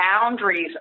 boundaries